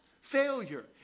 failure